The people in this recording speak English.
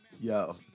Yo